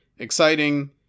exciting